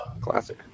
classic